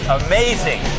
amazing